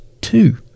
two